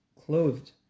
clothed